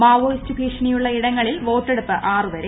Maoist ഭീഷണിയുള്ള ഇടങ്ങളിൽ വോട്ടെടുപ്പ് ആറ് വരെ